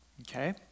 Okay